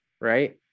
right